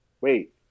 wait